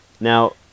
Now